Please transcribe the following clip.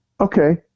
okay